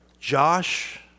Josh